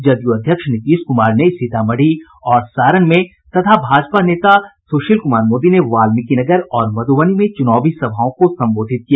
जदयू अध्यक्ष नीतीश क्मार ने सीतामढ़ी और सारण में और भाजपा नेता सुशील कुमार मोदी ने वाल्मिकीनगर और मधुबनी में चुनावी सभाओं को संबोधित किया